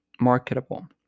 marketable